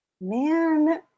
Man